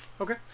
Okay